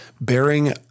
bearing